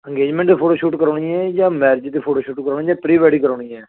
engagement ਦੇ photo shoot ਕਰਵਾਉਣੀ ਹੈ ਜਾਂ ਮੈਰਿਜ਼ ਦੇ ਫੋਟੋ ਸ਼ੂਟ ਕਰਵਾਉਣੀ ਜਾਂ ਪ੍ਰੀ ਵੈਡਿੰਗ ਕਰਵਾਉਣੀ ਹੈ